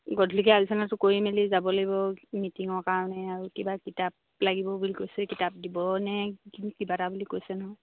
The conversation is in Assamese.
গধূলিকৈ আলোচনাটো কৰি মেলি যাব লাগিব মিটিঙৰ কাৰণে আৰু কিবা কিতাপ লাগিব বুলি কৈছে কিতাপ দিব নে কিবা এটা বুলি কৈছে নহয়